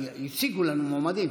הציגו לנו מועמדים.